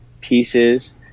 pieces